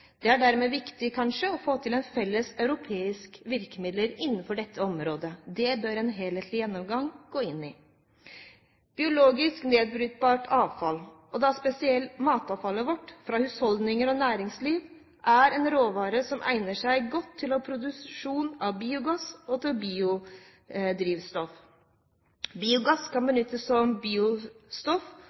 Det er dermed viktig, kanskje, å få til felles europeiske virkemidler innenfor dette området. Det bør en helhetlig gjennomgang gå inn i. Punkt 8: Biologisk nedbrytbart avfall, og da spesielt matavfallet fra husholdninger og næringsliv, er en råvare som egner seg godt til produksjon av biogass og til biodrivstoff. Biogass kan benyttes som